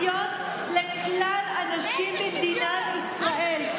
שוויון לכלל הנשים במדינת ישראל.